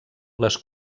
les